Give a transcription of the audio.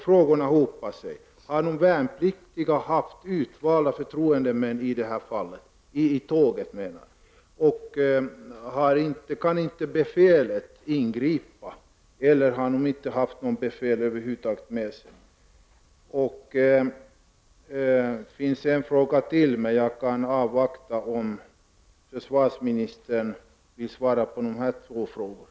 Frågorna hopar sig: Har de värnpliktiga på resan åtföljts av valda förtroendemän? Hade inte befälet kunnat ingripa? Eller har det över huvud taget inte funnits något befäl med på tåget? Jag har ytterligare en fråga, som jag får återkomma till sedan försvarsministern besvarat de nu ställda frågorna.